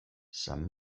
san